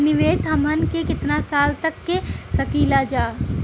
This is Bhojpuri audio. निवेश हमहन के कितना साल तक के सकीलाजा?